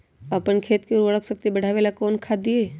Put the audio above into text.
अपन खेत के उर्वरक शक्ति बढावेला कौन खाद दीये?